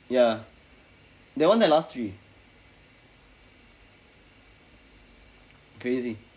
ya they won that last week crazy